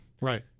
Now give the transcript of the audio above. right